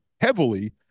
heavily